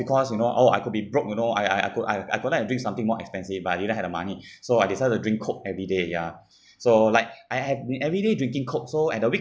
because you know oh I could be broke you know I I I could I I could have drink something more expensive but I didn't have the money so I decided to drink coke everyday ya so like I have been everyday drinking coke so at the week